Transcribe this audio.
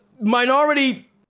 minority